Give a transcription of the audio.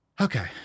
Okay